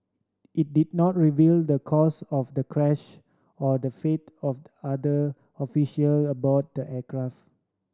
it did not reveal the cause of the crash or the fate of the other official aboard the aircraft